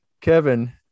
Kevin